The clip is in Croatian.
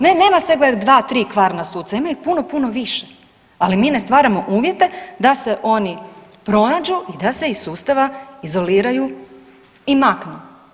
Ne, nema server dva tri kvarna suca, ima ih puno puno više, ali mi ne stvaramo uvjete da se oni pronađu i da se iz sustava izoliraju i maknu.